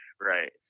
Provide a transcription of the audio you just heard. Right